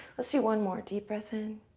let's do one more. deep breath in,